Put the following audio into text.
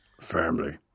Family